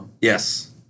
Yes